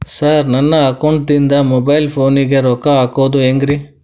Sir ನನ್ನ ಅಕೌಂಟದಿಂದ mobile ಫೋನಿಗೆ ರೊಕ್ಕ ಹಾಕೋದು ಹೆಂಗ್ರಿ?